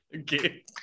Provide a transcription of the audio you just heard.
Okay